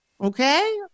okay